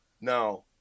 Now